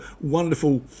wonderful